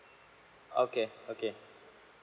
okay okay